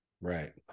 Right